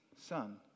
son